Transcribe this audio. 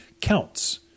counts